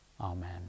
Amen